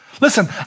Listen